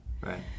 Right